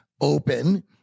open